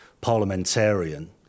parliamentarian